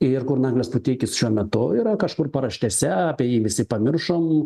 ir kur naglis puteikis šiuo metu yra kažkur paraštėse apie jį visi pamiršom